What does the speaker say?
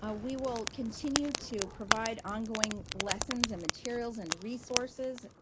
ah we will continue to provide ongoing lessons and materials and resources